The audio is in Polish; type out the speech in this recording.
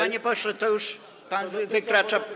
Panie pośle, tu już pan wykracza.